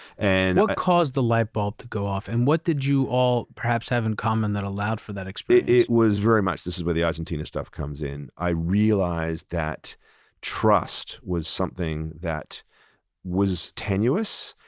and what caused the light bulb to go off? and what did you all perhaps have in common that allowed for that experience? it was very much, this is where the argentina stuff comes in. i realized that trust was something that was tenuous,